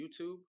YouTube